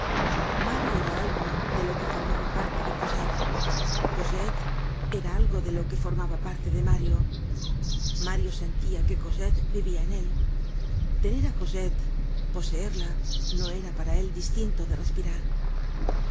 mario era algo de lo que formaba parte de cosette cosette era algo de lo que formaba parte de mario mario sentia que cosette vivia en él tener á cosette poseerla no era para él distinto de respirar